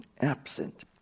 absent